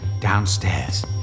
downstairs